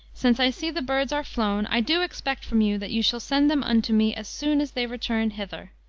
since i see the birds are flown, i do expect from you that you shall send them unto me as soon as they return hither.